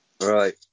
Right